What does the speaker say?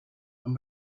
and